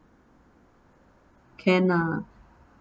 can lah